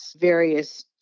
various